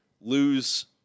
lose